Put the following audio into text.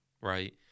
right